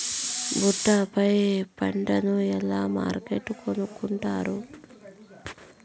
ఒట్టు పై పంటను ఎలా మార్కెట్ కొనుక్కొంటారు?